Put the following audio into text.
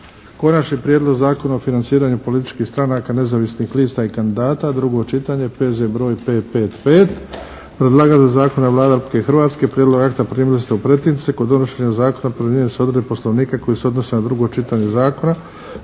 Konačni prijedlog Zakona o financiranju političkih stranaka, nezavisnih lista i kandidata, drugo čitanje, P.Z. br. 555. Predlagatelj Zakona je Vlada Republike Hrvatske. Prijedlog akta primili ste u pretince. Kod donošenja Zakona primjenjuju se odredbe Poslovnika koje se odnose na drugo čitanje zakona.